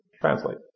translate